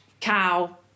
cow